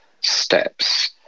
steps